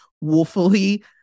woefully